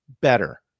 Better